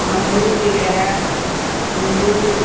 अमरुद विग़ैरह अमरुद